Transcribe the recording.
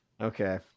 Okay